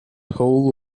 hole